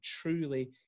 truly